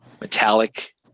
metallic